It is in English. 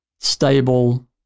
stable